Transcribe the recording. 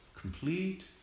complete